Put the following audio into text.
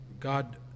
God